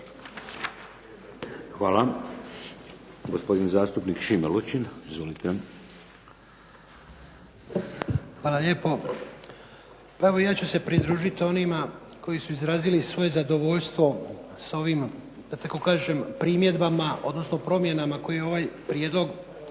(HDZ)** Hvala. Gospodin zastupnik Šime Lučin. Izvolite. **Lučin, Šime (SDP)** Hvala lijepo. Pa evo ja ću se pridružiti onima koji su izrazili svoje zadovoljstvo s ovim da tako kažem primjedbama odnosno promjenama koje je ovaj prijedlog